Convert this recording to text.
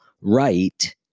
right